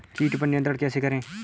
कीट पर नियंत्रण कैसे करें?